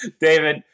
David